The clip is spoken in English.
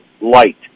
light